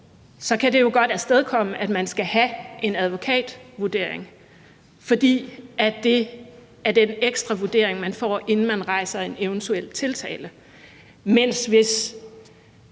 så kan det jo godt afstedkomme, at man skal have en advokatvurdering, fordi det er den ekstra vurdering, man får, inden man rejser en eventuel tiltale, mens hvis